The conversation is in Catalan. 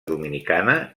dominicana